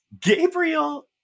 Gabriel